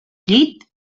llit